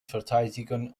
verteidigen